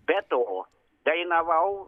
be to dainavau